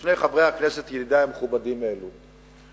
ששני חברי הכנסת, ידידי המכובדים, העלו.